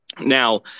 Now